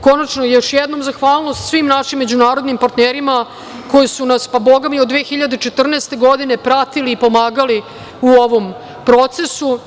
Konačno, još jednom zahvalnost svim našim međunarodnim partnerima koji su nas, pa Boga mi od 2014. godine pratili i pomagali u ovom procesu.